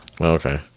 okay